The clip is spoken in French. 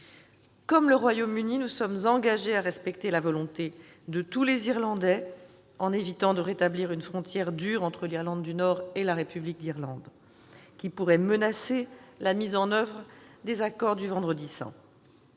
Comme le Royaume-Uni, nous nous sommes engagés à respecter la volonté de tous les Irlandais en évitant de rétablir entre l'Irlande du Nord et la République d'Irlande une frontière dure, qui pourrait menacer la mise en oeuvre des accords du Vendredi saint.